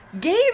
Game